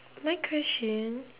my question